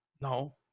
no